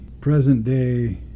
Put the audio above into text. present-day